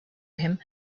him